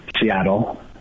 Seattle